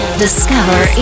discover